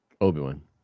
Obi-Wan